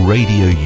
Radio